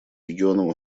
регионом